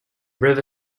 river